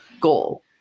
goal